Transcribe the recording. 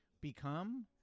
become